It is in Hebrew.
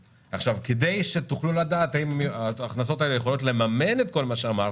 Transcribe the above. כדי שתוכלו לדעת אם ההכנסות האלה יכולות לממן את כל מה שאמרת,